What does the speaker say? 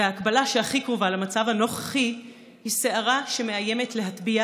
וההקבלה שהכי קרובה למצב הנוכחי היא סערה שמאיימת להטביע